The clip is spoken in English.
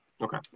okay